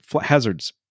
hazards